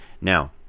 Now